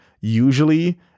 usually